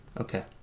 Okay